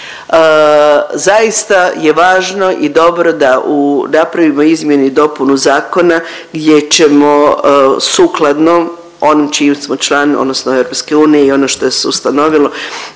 zaista je važno i dobro da napravimo izmjenu i dopunu zakona gdje ćemo sukladno onim čiji smo član odnosno EU i ono što se ustanovilo